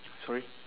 sorry